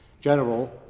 general